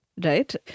Right